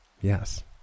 Yes